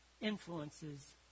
influences